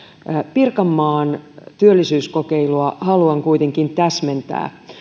pirkanmaan työllisyyskokeilua haluan kuitenkin täsmentää